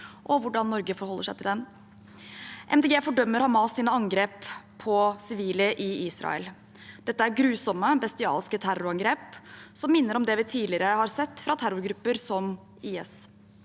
og hvordan Norge forholder seg til den. Miljøpartiet De Grønne fordømmer Hamas’ angrep på sivile i Israel. Dette er grusomme, bestialske terrorangrep som minner om det vi tidligere har sett fra terrorgrupper som IS.